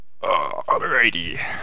Alrighty